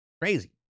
Crazy